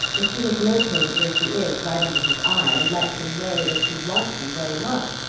if she has located where she is right under his eye, and lets him know that she wants him very much,